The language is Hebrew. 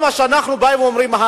כל מה שאנחנו באים ואומרים,